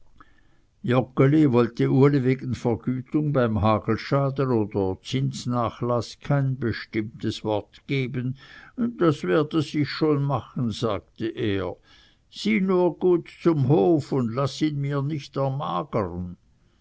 wollte uli wegen vergütung beim hagelschaden oder zinsnachlaß kein bestimmtes wort geben das werde sich schon machen sagte er sieh nur gut zum hof und laß mir ihn nicht ermagern